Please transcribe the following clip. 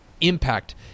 Impact